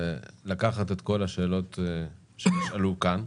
אני מבקש לקחת את כל השאלות שנשאלו כאן,